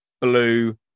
blue